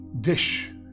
dish